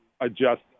adjust